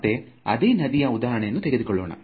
ಮತ್ತೆ ಅದೇ ನದಿಯ ಉದಾಹರಣೆಯನ್ನು ತೆಗೆದುಕೊಳ್ಳೋಣ